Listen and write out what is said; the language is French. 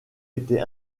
été